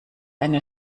eine